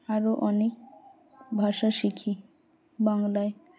আরও অনেক ভাষা শিখি বাংলায়